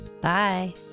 Bye